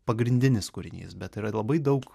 pagrindinis kūrinys bet yra labai daug